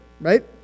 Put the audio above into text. right